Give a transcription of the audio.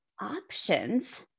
options